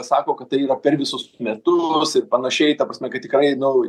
sako kad tai yra per visus metus ir panašiai ta prasme kad tikrai nu